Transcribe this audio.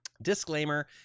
Disclaimer